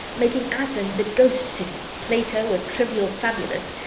making athens a ghost city, plato a trivial fabulist,